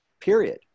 period